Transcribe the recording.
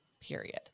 Period